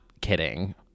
kidding